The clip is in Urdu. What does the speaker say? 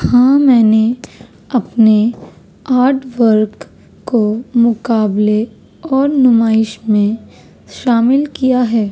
ہاں میں نے اپنے آرٹ ورک کو مقابلے اور نمائش میں شامل کیا ہے